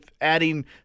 adding